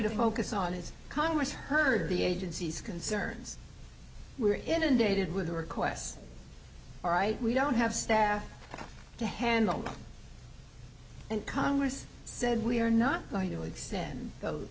to focus on is congress heard the agency's concerns were inundated with requests all right we don't have staff to handle and congress said we are not going to extend